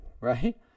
right